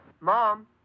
Mom